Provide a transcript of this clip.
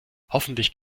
hoffentlich